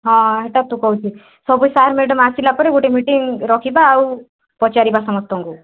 ହଁ ହେଟା ତ କହୁଛି ସବୁ ସାର୍ ମ୍ୟାଡ଼ାମ୍ ଆସିଲା ପରେ ଗୋଟିଏ ମିଟିଂ ରଖିବା ଆଉ ପଚାରିବା ସମସ୍ତଙ୍କୁ